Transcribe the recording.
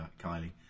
Kylie